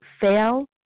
fail